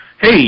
Hey